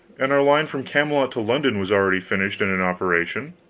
and our line from camelot to london was already finished and in operation.